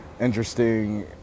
interesting